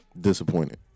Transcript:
Disappointed